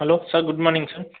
hello sir good morning sir